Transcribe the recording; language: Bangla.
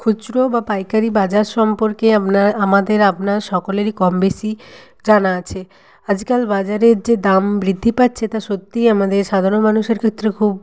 খুচরো বা পাইকারি বাজার সম্পর্কে আমাদের আপনার সকলেরই কম বেশি জানা আছে আজকাল বাজারের যে দাম বৃদ্ধি পাচ্ছে তা সত্যিই আমাদের সাধারণ মানুষের ক্ষেত্রে খুব